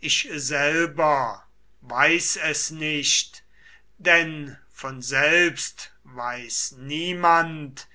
ich selber weiß es nicht denn von selbst weiß niemand